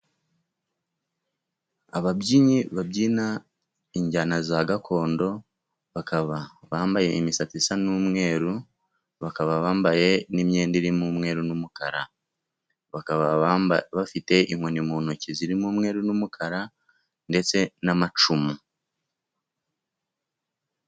Ababyinnyi babyina injyana za gakondo, bakaba bambaye imisatsi isa n'umweru, bakaba bambaye n'imyenda irimo umweru n'umukara, bakaba bafite inkoni mu ntoki zirimo umweru n'umukara, ndetse n'amacumu.